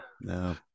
no